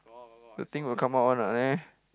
the thing will come out one what eh